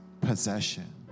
possession